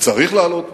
וצריך להעלות אותו,